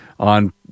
on